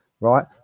right